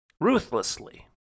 ruthlessly